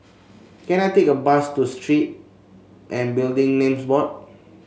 can I take a bus to Street and Building Names Board